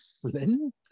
Flynn